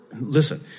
Listen